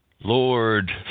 Lord